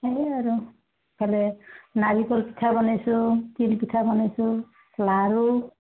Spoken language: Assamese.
সেয়ে আৰু এফালে নাৰিকল পিঠা বনাইছোঁ তিলপিঠা বনাইছোঁ লাৰু